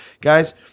Guys